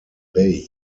bay